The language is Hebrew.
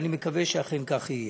אני מקווה שאכן כך יהיה.